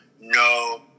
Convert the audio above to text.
No